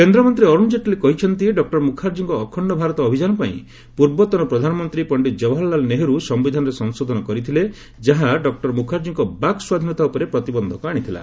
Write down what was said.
କେନ୍ଦ୍ରମନ୍ତ୍ରୀ ଅରୁଣ କେଟଲୀ କହିଚନ୍ତି ଡଃ ମୁଖାର୍ଜୀଙ୍କ ଅଖଣ୍ଡ ଭାରତ ଅଭିଯାନ ପାଇଁ ପୂର୍ବତନ ପ୍ରଧାନମନ୍ତ୍ରୀ ପଣ୍ଡିତ କବାହାର ଲାଲ ନେହରୁ ସିୟିଧାନରେ ସଂଶୋଧନ କରିଥିଲେ ଯାହା ଡଃ ମୁଖାର୍ଜୀଙ୍କ ବାକ୍ ସ୍ୱାଧୀନତା ଉପରେ ପ୍ରତିବନ୍ଧକ ଆଣିଥିଲା